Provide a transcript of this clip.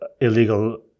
illegal